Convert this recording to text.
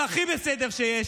הם הכי בסדר שיש.